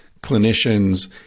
clinicians